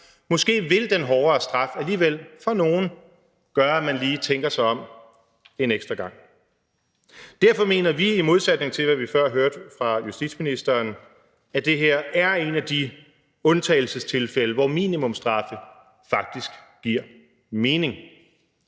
alle sammen kender – måske alligevel lige tænker sig om en ekstra gang. Derfor mener vi, i modsætning til hvad vi før hørte fra justitsministeren, at det her er et af de undtagelsestilfælde, hvor minimumsstraffe faktisk giver mening.